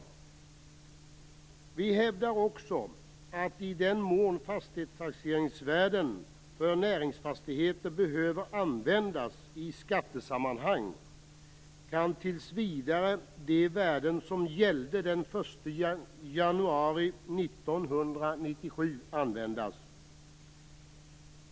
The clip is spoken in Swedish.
Vi hävdar också att i den mån fastighetstaxeringsvärden för näringsfastigheter behöver användas i skattesammanhang kan tills vidare de värden som gällde den 1 januari 1997 användas.